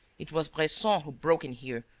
it was bresson who broke in here,